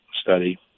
study